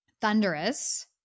Thunderous